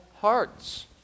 hearts